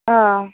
অঁ